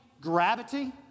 gravity